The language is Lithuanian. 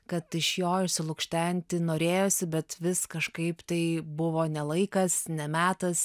kad iš jo išsilukštenti norėjosi bet vis kažkaip tai buvo ne laikas ne metas